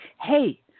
hey